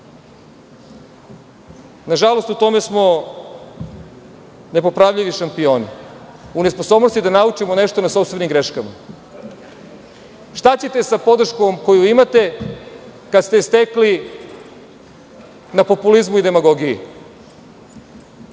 Nažalost, u tome smo nepopravljivi šampioni, u nesposobnosti da naučimo nešto na sopstvenim greškama. Šta ćete sa podrškom koju imate kada ste je stekli na populizmu i demagogiji?